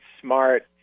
smart